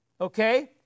Okay